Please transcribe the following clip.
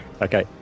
Okay